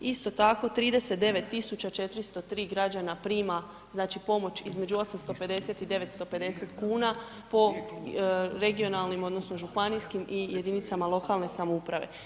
Isto tako 39 tisuća 403 građana prima znači pomoć između 850 i 950 kuna po regionalnim, odnosno županijskim i jedinicama lokalne samouprave.